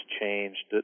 changed